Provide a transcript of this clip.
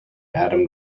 adam